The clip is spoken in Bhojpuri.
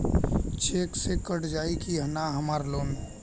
चेक से कट जाई की ना हमार लोन?